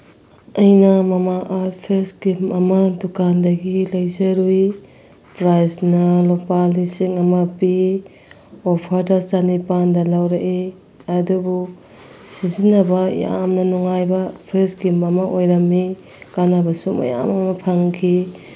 ꯑꯩꯅ Mamaearth face cream ꯑꯃ ꯗꯨꯀꯥꯟꯗꯒꯤ ꯂꯩꯖꯔꯨꯏ ꯄ꯭ꯔꯥꯏꯁꯅ ꯂꯨꯄꯥ ꯂꯤꯁꯤꯡ ꯑꯃ ꯄꯤ ꯑꯣꯐꯔꯗ ꯆꯥꯅꯤꯄꯥꯟꯗ ꯂꯧꯔꯛꯏ ꯑꯗꯨꯕꯨ ꯁꯤꯖꯤꯟꯅꯕ ꯌꯥꯝꯅ ꯅꯨꯡꯉꯥꯏꯕ ꯐꯦꯁ ꯀ꯭ꯔꯤꯝ ꯑꯃ ꯑꯣꯏꯔꯝꯃꯤ ꯀꯥꯟꯅꯕꯁꯨ ꯃꯌꯥꯝ ꯑꯃ ꯐꯪꯈꯤ